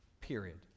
Period